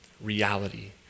reality